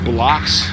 Blocks